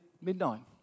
midnight